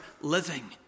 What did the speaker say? living